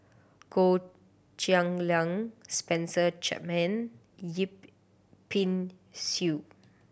Goh Cheng Liang Spencer Chapman Yip Pin Xiu